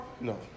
No